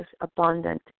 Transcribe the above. abundant